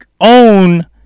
own